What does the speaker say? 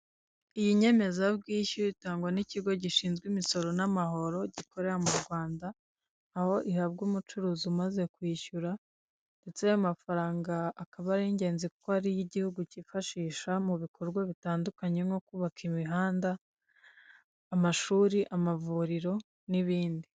Iyi nyemezabwishyu itangwa n'ikigo gishinzwe imisoro n'amahoro gikorera mu Rwanda aho gihabwa umucuruzi umaze kwishyura ndetse n'amafaranga akaba ari ingenzi kuko ari iy'igihugu cyifashisha mu bikorwa bitandukanye nko kubaka imihanda, amashuri, amavuriro n'ibindi.